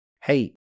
hey